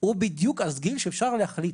זה בדיוק הגיל שאפשר להחליט.